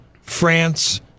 France